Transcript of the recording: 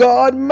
God